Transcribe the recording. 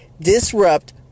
Disrupt